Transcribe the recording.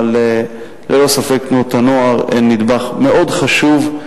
אבל ללא ספק תנועות הנוער הן נדבך מאוד חשוב.